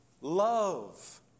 love